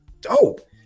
dope